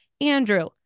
Andrew